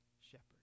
shepherd